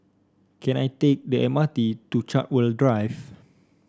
can I take the M R T to Chartwell Drive